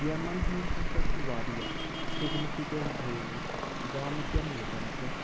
گیمَن ہُنٛد ہسا چھُ واریاہ سِگنِفِکٮ۪نٛٹ رول گامکٮ۪ن لُکَن پٮ۪ٹھ